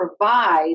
provide